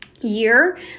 year